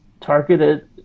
targeted